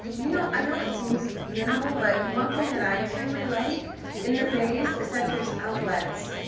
you know, i know it seems minimal, but one thing that i truly like in the bays is that there's outlets.